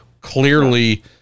clearly –